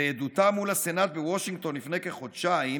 בעדותה מול הסנאט בוושינגטון לפני כחודשיים,